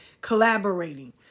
collaborating